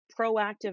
proactive